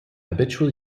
habitual